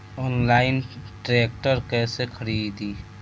Online tractor कैसे खरदी?